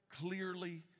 clearly